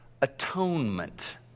atonement